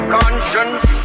conscience